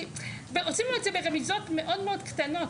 ועושים לו את זה ברמיזות מאוד מאוד קטנות,